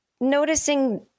noticing